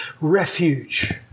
refuge